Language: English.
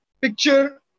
picture